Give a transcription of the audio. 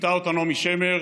ביטאה אותה נעמי שמר: